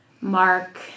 mark